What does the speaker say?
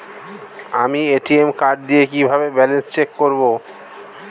আমি ATM card দিয়ে কিভাবে ব্যালেন্স চেক করব?